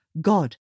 God